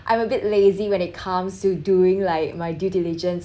I am a bit lazy when it comes to doing like my due diligence